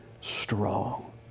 strong